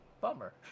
Bummer